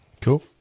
Cool